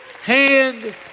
hand